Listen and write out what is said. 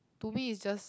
to me is just